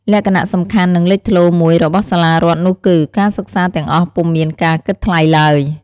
លក្ខណៈសំខាន់ និងលេចធ្លោមួយរបស់សាលារដ្ឋនោះគឺ ការសិក្សាទាំងអស់ពុំមានការគិតថ្លៃឡើយ។